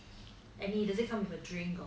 and does it come with a drink or